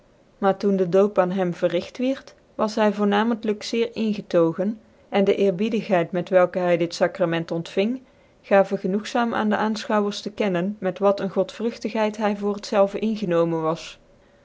maar toen den doop aan hem verrigt wierd was hy voornamcntlyk zeer ingetogen en de eerbiedigheid met welke hydit sacrament ontfing gaven genoegzaam aan de aanfchouwcrs tc kennen met wat een godvrugtigcid hy voor het zelve ingcromcn was